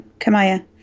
Kamaya